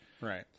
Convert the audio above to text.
Right